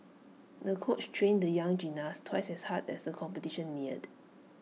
the coach trained the young gymnast twice as hard as the competition neared